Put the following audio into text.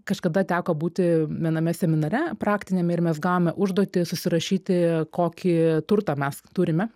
kažkada teko būti viename seminare praktiniame ir mes gavome užduotį susirašyti kokį turtą mes turime